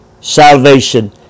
salvation